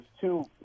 two